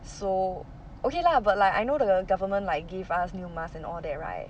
so okay lah but like I know the government like give us new mask and all that right